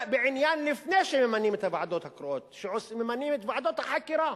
לפני שממנים את הוועדות הקרואות, את ועדות החקירה.